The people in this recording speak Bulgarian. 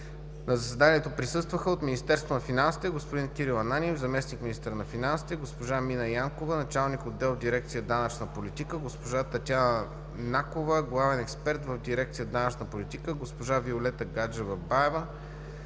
На заседанието присъстваха от Министерство на финансите: господин Кирил Ананиев – зам.-министър на финансите, госпожа Мина Янкова – началник на отдел в Дирекция „Данъчна политика“, госпожа Татяна Накова – главен експерт в Дирекция „Данъчна политика“, госпожа Виолета Гаджева-Баева